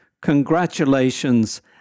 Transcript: congratulations